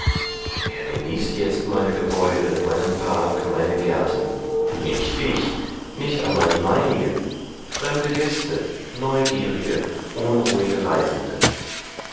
wer genießt jetzt meine gebäude meinen park meine gärten nicht ich nicht einmal die meinigen fremde gäste neugierige unruhige reisende